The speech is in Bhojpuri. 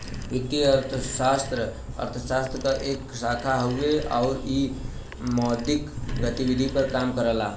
वित्तीय अर्थशास्त्र अर्थशास्त्र क एक शाखा हउवे आउर इ मौद्रिक गतिविधि पर काम करला